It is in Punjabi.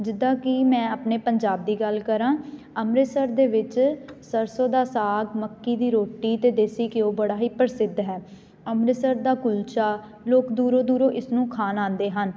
ਜਿੱਦਾਂ ਕਿ ਮੈਂ ਆਪਣੇ ਪੰਜਾਬ ਦੀ ਗੱਲ ਕਰਾਂ ਅੰਮ੍ਰਿਤਸਰ ਦੇ ਵਿੱਚ ਸਰਸੋਂ ਦਾ ਸਾਗ ਮੱਕੀ ਦੀ ਰੋਟੀ ਅਤੇ ਦੇਸੀ ਘਿਓ ਬੜਾ ਹੀ ਪ੍ਰਸਿੱਧ ਹੈ ਅੰਮ੍ਰਿਤਸਰ ਦਾ ਕੁਲਚਾ ਲੋਕ ਦੂਰੋਂ ਦੂਰੋਂ ਇਸ ਨੂੰ ਖਾਣ ਆਉਂਦੇ ਹਨ